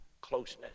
closeness